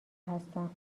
هستم